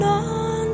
on